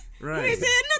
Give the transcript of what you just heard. Right